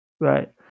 Right